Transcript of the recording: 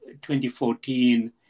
2014